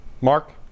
Mark